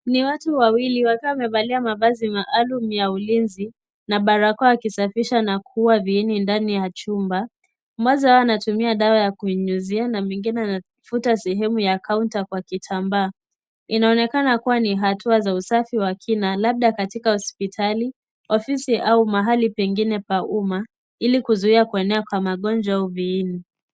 Ni watu wawili wakiwa wamevalia mavazi maalum ya ulinzi na barakoa wakisafisha na kuua viini ndani ya chumba. Mmoja wao anatumia dawa ya kunyunyizia na mwingine anafuta sehemu ya kaunta kwa kitambaa. Inaonekana kuwa ni hatua za usafi wa kina labda katika hospitali, ofisi au mahali pengine pa umma ili kuzuia kuenea kwa magonjwa au viini.